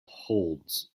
holds